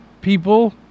people